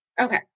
Okay